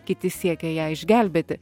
kiti siekia ją išgelbėti